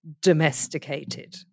domesticated